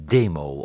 demo